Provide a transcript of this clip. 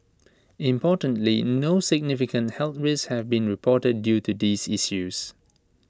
importantly no significant health risks have been reported due to these issues